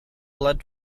blood